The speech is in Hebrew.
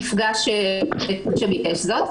נפגע שביקש זאת,